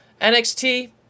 NXT